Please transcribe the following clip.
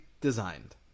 designed